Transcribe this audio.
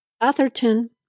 Atherton